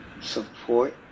support